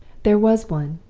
there was one,